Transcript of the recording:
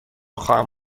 خواهم